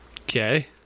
Okay